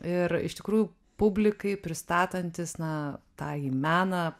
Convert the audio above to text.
ir iš tikrųjų publikai pristatantis na tąjį meną